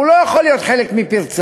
הוא לא יכול להיות חלק מפרצה.